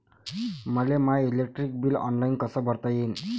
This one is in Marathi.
मले माय इलेक्ट्रिक बिल ऑनलाईन कस भरता येईन?